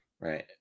Right